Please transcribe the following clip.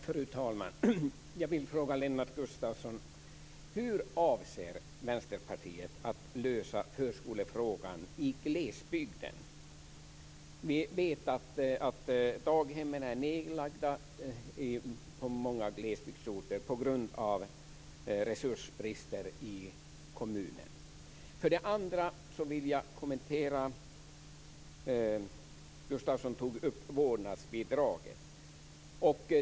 Fru talman! Jag vill fråga Lennart Gustavsson: Vi vet att daghemmen är nedlagda på många glesbygdsorter på grund av resursbrister i kommunerna. Lennart Gustavsson tog också upp frågan om vårdnadsbidraget.